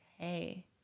Okay